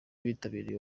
bitabiriye